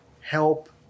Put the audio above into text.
help